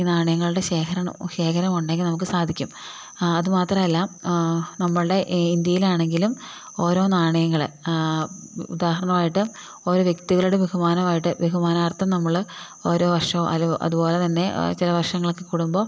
ഈ നാണയങ്ങളുടെ ശേഖരണം ശേഖരമുണ്ടെങ്കിൽ നമുക്ക് സാധിക്കും അത് മാത്രമല്ല നമ്മളുടെ ഇന്ത്യയിലാണെങ്കിലും ഓരോ നാണയങ്ങളെ ഉദാഹരണമായിട്ട് ഓരോ വ്യക്തികളുടെ ബഹുമാനമായിട്ട് ബഹുമാനാർത്ഥം നമ്മൾ ഓരോ വർഷവും അതുപോലെ തന്നെ ചില വർഷങ്ങളൊക്കെ കൂടുമ്പോൾ